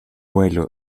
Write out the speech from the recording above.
vuelo